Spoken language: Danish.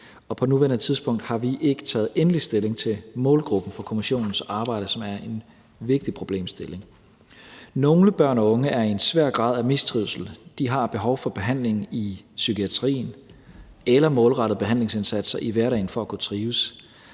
på nuværende tidspunkt har vi ikke taget endelig stilling til målgruppen for kommissionens arbejde, som er en vigtig problemstilling. Nogle børn og unge er i en svær grad af mistrivsel. De har behov for behandling i psykiatrien eller målrettede behandlingsindsatser i hverdagen for at kunne trives.